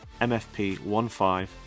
MFP15